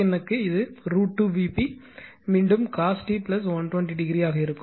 VCN க்கு இது √2 Vp மீண்டும் cos t 120 o ஆக இருக்கும்